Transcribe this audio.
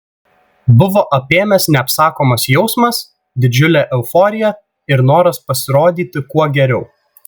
buvo apėmęs neapsakomas jausmas didžiulė euforija ir noras pasirodyti kuo geriau